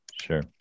sure